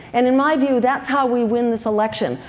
and in my view, that's how we win this election.